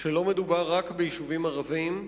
שלא מדובר רק ביישובים ערביים,